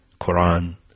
Quran